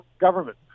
government